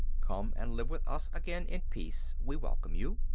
come and live with us again in peace. we welcome you.